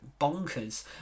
bonkers